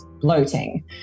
bloating